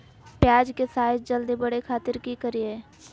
प्याज के साइज जल्दी बड़े खातिर की करियय?